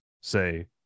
say